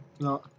No